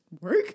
work